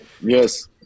Yes